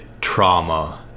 trauma